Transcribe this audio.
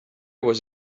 was